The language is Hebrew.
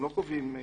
הם לא קובעים היתר.